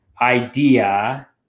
idea